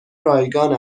رایگان